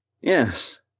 Yes